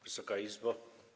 Wysoka Izbo!